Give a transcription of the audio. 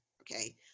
okay